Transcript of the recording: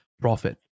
profit